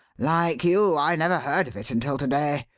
like you, i never heard of it until to-day.